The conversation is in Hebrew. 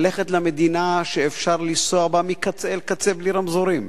ללכת למדינה שאפשר לנסוע בה מקצה אל קצה בלי רמזורים,